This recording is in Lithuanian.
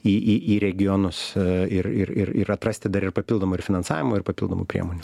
į į į regionus ir ir ir ir atrasti dar ir papildomo ir finansavimo ir papildomų priemonių